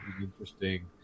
interesting